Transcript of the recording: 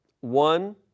One